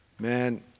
Man